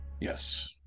Yes